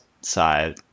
side